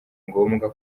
ngombwa